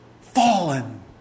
fallen